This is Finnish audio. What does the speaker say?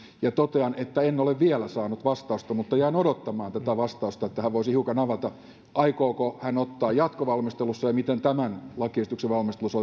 ja totean että en ole vielä saanut vastausta mutta jään odottamaan tätä vastausta jossa hän voisi hiukan avata aikooko hän ottaa jatkovalmistelussa huomioon kuntaliiton näkemykset ja miten ne tämän lakiesityksen valmistelussa